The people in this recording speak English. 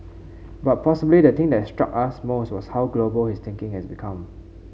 but possibly the thing that struck us most was how global his thinking has become